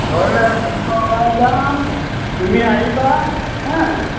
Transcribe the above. ঘৰলৈ ওলাই যাম তুমি আহিবা হেঁ